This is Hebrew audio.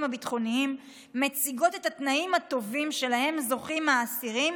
הביטחוניים מציגות את התנאים הטובים שלהם זוכים האסירים,